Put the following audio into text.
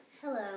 Hello